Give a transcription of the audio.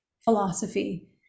philosophy